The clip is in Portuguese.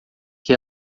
que